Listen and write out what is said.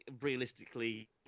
realistically